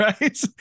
right